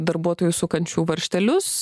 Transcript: darbuotojų sukančių varžtelius